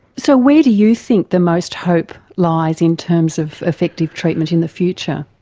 so where do you think the most hope lies in terms of effective treatment in the future?